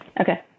Okay